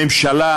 ממשלה,